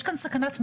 יש כאן סכנת מוות.